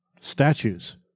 Statues